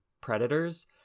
predators